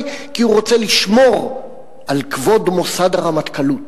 כי הוא רוצה לשמור על כבוד מוסד הרמטכ"לות.